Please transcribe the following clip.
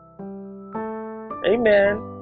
Amen